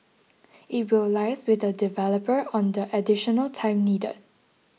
it will liaise with the developer on the additional time needed